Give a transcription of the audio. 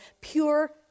pure